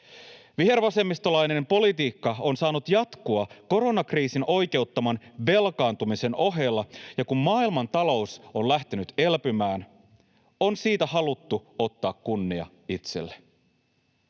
Vihervasemmistolainen politiikka on saanut jatkua koronakriisin oikeuttaman velkaantumisen ohella, ja kun maailmantalous on lähtenyt elpymään, on siitä haluttu ottaa kunnia itselle.